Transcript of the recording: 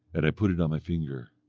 and i put it on my finger.